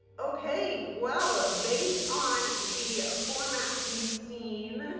okay, well based on the ah formats we've seen.